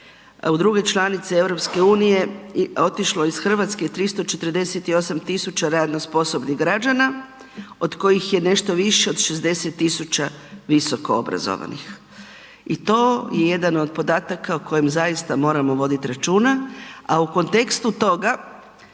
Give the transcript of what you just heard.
u drugoj članici EU-a otišlo iz Hrvatske 348 000 radno sposobnih građana, od kojih je nešto više od 60 000 visoko obrazovanih i to je jedan od podataka o kojem zaista moramo voditi računa a u kontekstu toga